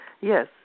Yes